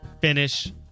finish